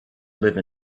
live